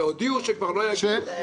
שהודיעו שכבר לא יגיעו.